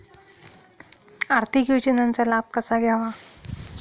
आर्थिक योजनांचा लाभ कसा घ्यावा?